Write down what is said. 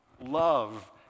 Love